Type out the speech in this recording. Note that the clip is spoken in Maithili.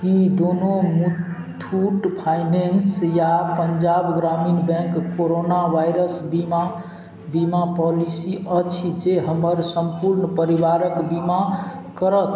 की दोनो मुथुट फाइनेंस या पंजाब ग्रामीण बैंक कोरोना वायरस बीमा बीमा पॉलिसी अछि जे हमर सम्पूर्ण परिवारक बीमा करत